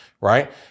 Right